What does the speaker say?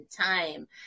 time